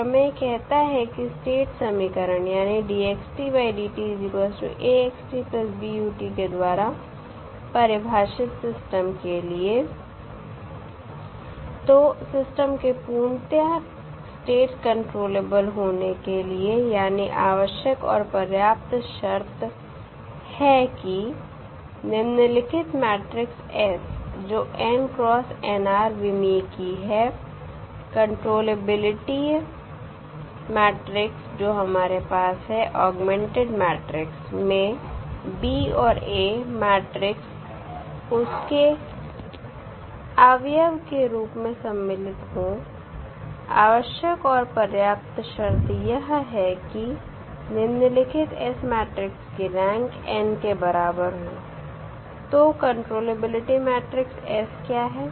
प्रमेय कहता है कि स्टेट समीकरण यानी सिस्टम के लिए तो सिस्टम के पूर्णतया स्टेट कंट्रोलेबल होने के लिए यानी आवश्यक और पर्याप्त शर्त है कि निम्नलिखित मैट्रिक्स S जो विमीय की है कंट्रोलेबिलिटी मैट्रिक्स जो हमारे पास है ऑगमेंटेड मैट्रिक्स में B और A मैट्रिक्स उसके अवयव के रुप में सम्मिलित हो आवश्यक और पर्याप्त शर्त यह है कि निम्नलिखित S मैट्रिक्स की रैंक n के बराबर हो तो कंट्रोलेबिलिटी मैट्रिक्स S क्या है